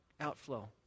outflow